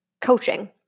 coaching